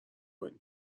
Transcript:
کنی